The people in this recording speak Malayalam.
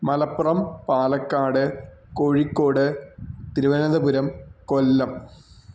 മലപ്പുറം പാലക്കാട് കോഴിക്കോട് തിരുവനന്തപുരം കൊല്ലം